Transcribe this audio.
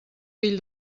fill